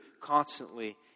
constantly